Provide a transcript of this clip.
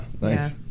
Nice